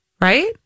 Right